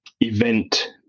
event